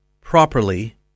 properly